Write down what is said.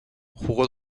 jugó